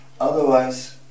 Otherwise